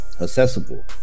accessible